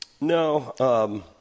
No